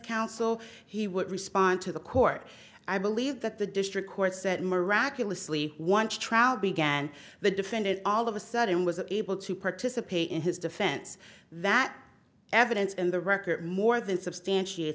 counsel he would respond to the court i believe that the district court said miraculously once trial began the defendant all of a sudden was able to participate in his defense that evidence in the record more than substantiate